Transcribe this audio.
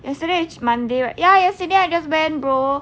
yesterday is monday right ya yesterday I just went bro